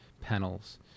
panels